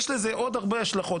יש לזה עוד הרבה השלכות.